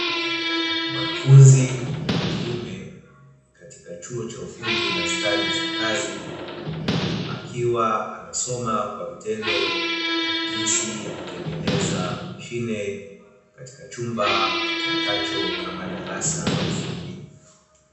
Mwanafunzi wa kiume katika chuo cha ufundi na stadi za kazi akiwa anasoma kwa vitendo jinsi ya kutengeneza mashine katika chumba kitumikacho kama darasa la ufundi.